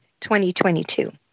2022